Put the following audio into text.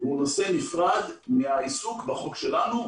הוא נושא נפרד מהעיסוק בחוק שלנו.